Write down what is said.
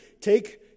take